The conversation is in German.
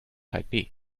taipeh